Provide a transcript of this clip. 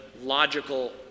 logical